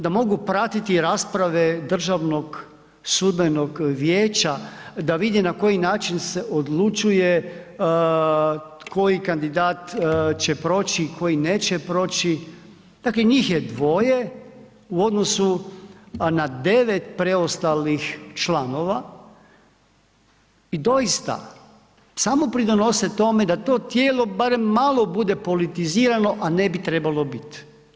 Da mogu pratiti rasprave DSV-a, da vidi na koji način se odlučuje koji kandidat će proći, koji neće proći, dakle njih je dvoje u odnosu na 9 preostalih članova i doista samo pridonose tome da to tijelo barem malo bude politizirano a ne bi trebalo bit.